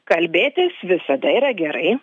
kalbėtis visada yra gerai